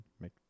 make